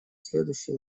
следующий